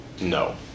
No